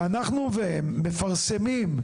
שאנחנו והם מפרסמים,